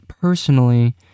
Personally